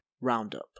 Roundup